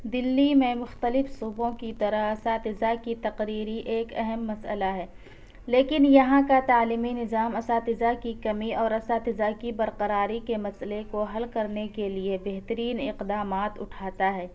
دلی میں مختلف صوبوں کی طرح اساتذہ کی تقرری ایک اہم مسئلہ ہے لیکن یہاں کا تعلیمی نظام اساتذہ کی کمی اور اساتذہ کی برقراری کے مسئلہ کو حل کرنے کے لیے بہترین اقدامات اٹھاتا ہے